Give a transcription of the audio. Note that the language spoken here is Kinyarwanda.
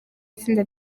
itsinda